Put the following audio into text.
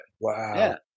Wow